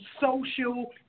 social